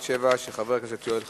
617, של חבר הכנסת יואל חסון,